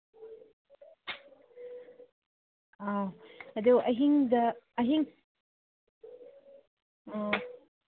ꯑꯧ ꯑꯗꯨ ꯑꯍꯤꯡꯗ ꯑꯍꯤꯡ ꯑꯣ